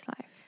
life